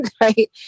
right